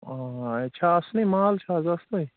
ییٚتہِ چھےٚ اَسنُے مال چھُ حظ اَسنٕے